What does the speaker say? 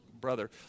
brother